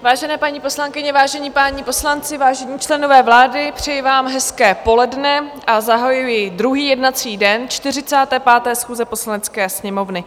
Vážené paní poslankyně, vážení páni poslanci, vážení členové vlády, přeji vám hezké poledne a zahajuji druhý jednací den 45. schůze Poslanecké sněmovny.